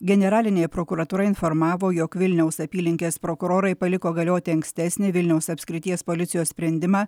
generalinė prokuratūra informavo jog vilniaus apylinkės prokurorai paliko galioti ankstesnį vilniaus apskrities policijos sprendimą